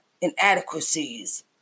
inadequacies